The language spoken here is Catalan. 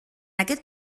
aquest